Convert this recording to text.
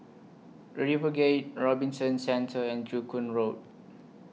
RiverGate Robinson Centre and Joo Koon Road